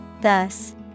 Thus